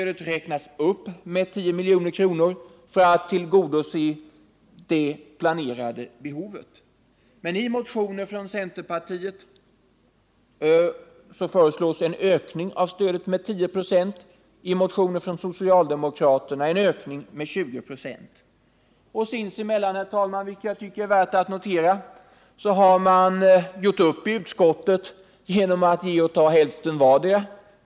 Det räknades upp med 10 milj.kr. för att tillgodose det planerade behovet, men i motioner från centerpartiet föreslås en ökning av stödet med 10 96 och i motioner från socialdemokraterna en ökning med 20 96. Sinsemellan har man, herr talman — och det tycker jag är värt att notera — gjort upp i utskottet genom att ge och ta hälften var.